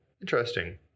Interesting